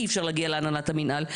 אי אפשר להגיע להנהלת המנהל.